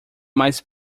mais